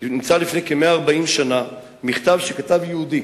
נמצא לפני כ-140 שנה מכתב שכתב יהודי